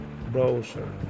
Browser